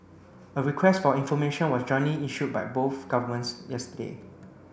a request for information was jointly issued by both governments yesterday